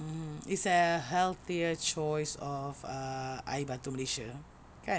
mmhmm it's a healthier choice of uh air batu Malaysia kan